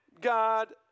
God